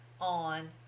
on